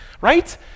right